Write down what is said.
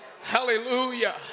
Hallelujah